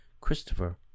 Christopher